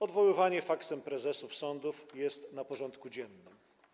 Odwoływanie faksem prezesów sądów jest na porządku dziennym.